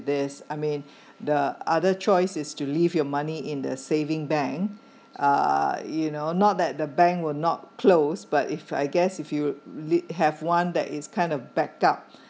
this I mean the other choice is to leave your money in the saving bank uh you know not that the bank will not close but if I guess if you have one that is kind of backed up